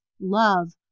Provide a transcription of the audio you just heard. love